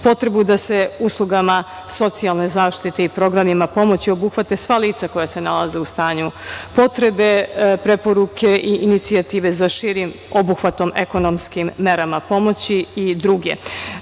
potrebu da se uslugama socijalne zaštite i programima pomoći obuhvate sva lica koja se nalaze u stanju potrebe preporuke i inicijative za širim obuhvatom, ekonomskim merama pomoći i